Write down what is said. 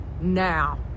now